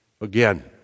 again